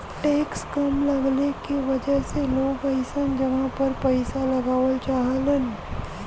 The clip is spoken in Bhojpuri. टैक्स कम लगले के वजह से लोग अइसन जगह पर पइसा लगावल चाहलन